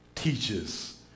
teaches